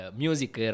music